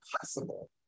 possible